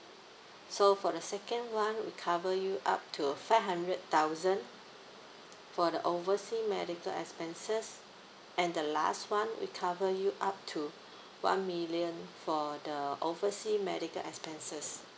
so for the second one we cover you up to five hundred thousand for the oversea medical expenses and the last one we cover you up to one million for the oversea medical expenses